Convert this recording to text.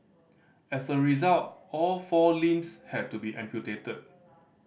as a result all four limbs had to be amputated